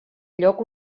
lloc